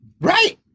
Right